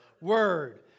word